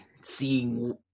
seeing